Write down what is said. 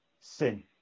Sin